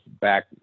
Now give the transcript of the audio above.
back